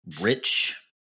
rich